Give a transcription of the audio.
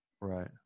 Right